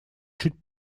чуть